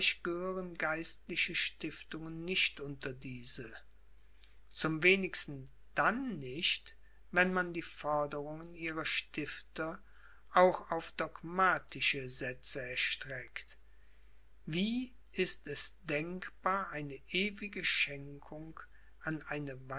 geistliche stiftungen nicht unter diese zum wenigsten dann nicht wenn man die forderungen ihrer stifter auch auf dogmatische sätze erstreckt wie ist es denkbar eine ewige schenkung an eine